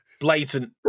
Blatant